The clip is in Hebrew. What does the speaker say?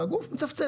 אבל הגוף מצפצף,